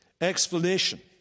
explanation